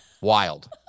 Wild